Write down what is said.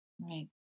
right